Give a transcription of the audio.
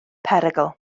perygl